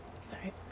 sorry